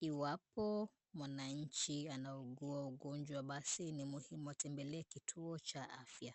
Iwapo mwananchi anaugua ugonjwa, basi ni muhimu atembelee kituo cha afya.